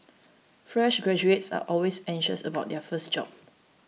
fresh graduates are always anxious about their first job